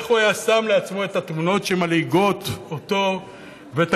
איך הוא שם לעצמו את התמונות שמלעיגות אותו ואת